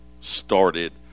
started